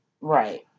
Right